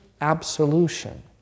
absolution